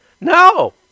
No